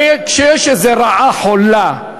הרי כשיש איזה רעה חולה,